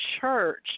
church